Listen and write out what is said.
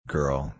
Girl